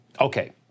Okay